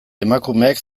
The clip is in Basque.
emakumeek